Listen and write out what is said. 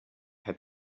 had